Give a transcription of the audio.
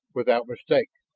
without mistake.